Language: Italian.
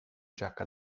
giacca